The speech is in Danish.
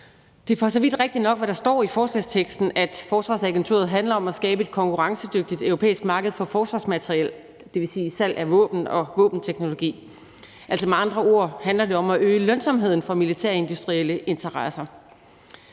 Det er for så vidt rigtigt nok, som der står i forslagsteksten, at Forsvarsagenturet handler om at skabe et konkurrencedygtigt europæisk marked for forsvarsmateriel, dvs. salg af våben og våbenteknologi. Altså, med andre ord handler det om at øge lønsomheden for militærindustrielle interesser.